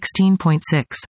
16.6